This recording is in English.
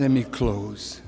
let me close